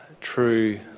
true